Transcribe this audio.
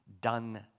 done